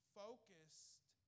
focused